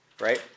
right